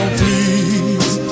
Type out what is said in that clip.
please